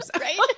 Right